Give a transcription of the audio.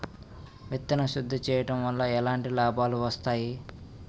విత్తన శుద్ధి చేయడం వల్ల ఎలాంటి లాభాలు వస్తాయి?